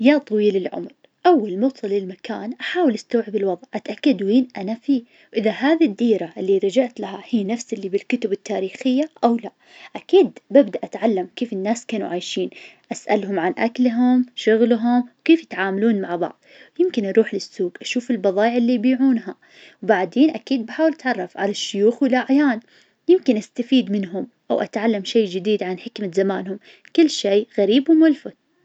يا طويل العمر أول ما أوصل للمكان أحاول أستوعب الوضع أتأكد وين أنا فيه، وإذا هذي الديرة اللي رجعت لها هي نفس اللي بالكتب االتاريخية أو لأ? أكيد ببدأ أتعلم كيف الناس كانوا عايشين، اسألهم عن أكلهم شغلهم كيف يتعاملون مع بعض، يمكن أروح للسوق أشوف البظايع اللي يبيعونها، بعدين أكيد بحاول أتعرف على الشيوخ والأعيان يمكن أستفيد منهم أو أتعلم شي جديد عن حكمة زمانهم كل شي غريب وملفت.